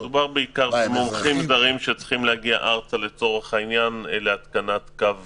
מדובר בעיקר במומחים זרים שצריכים להגיע ארצה לצורך התקנת קו